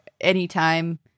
anytime